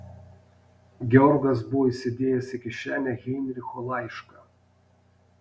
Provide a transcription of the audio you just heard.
georgas buvo įsidėjęs į kišenę heinricho laišką